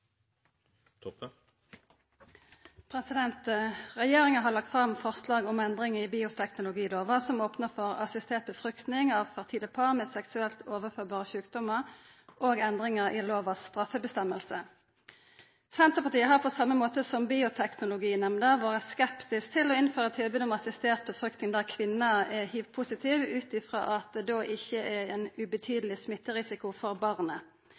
først. Regjeringa har lagt fram forslag om endring i bioteknologilova som opnar for assistert befruktning av fertile par med seksuelt overførbare sjukdomar, og endringar i lovas straffeføresegn. Senterpartiet har på same måte som Bioteknologinemnda vore skeptisk til å innføra tilbod om assistert befruktning der kvinna er hiv-positiv, ut frå at det då er ein ikkje ubetydeleg smitterisiko for barnet.